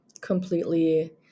completely